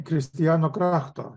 kristiano krachto